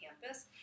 campus